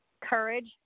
courage